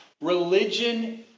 Religion